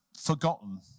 forgotten